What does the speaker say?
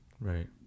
Right